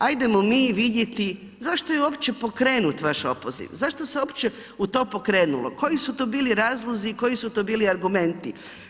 Ajdemo mi vidjeti zašto je uopće pokrenut vaš opoziv, zašto se to uopće pokrenulo, koji su to bili razlozi, koji su to bili argumenti.